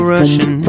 Russian